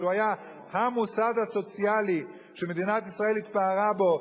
שהוא היה המוסד הסוציאלי שמדינת ישראל התפארה בו,